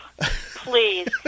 please